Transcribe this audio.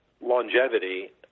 Longevity